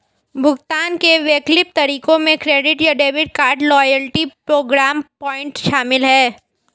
भुगतान के वैकल्पिक तरीकों में क्रेडिट या debit card, loyalty program point शामिल है